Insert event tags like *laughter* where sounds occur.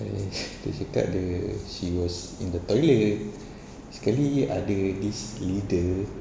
eh *laughs* dia cakap dia she was in the toilet *breath* sekali ada this leader